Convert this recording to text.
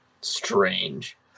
strange